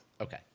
Okay